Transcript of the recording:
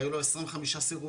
היו לו 25 סירובים,